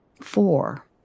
Four